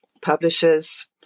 publishers